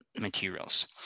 materials